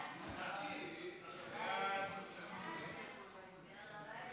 סעיפים 1 3